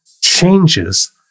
changes